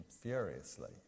furiously